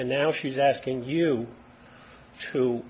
and now she's asking you to